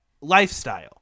lifestyle